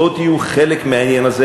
בואו תהיו חלק מהעניין הזה,